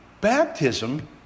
baptism